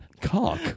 cock